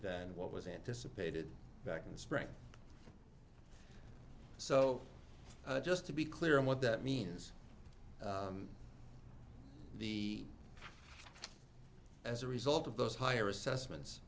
than what was anticipated back in the spring so just to be clear what that means the as a result of those higher assessments